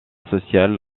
social